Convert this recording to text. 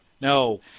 No